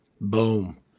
Boom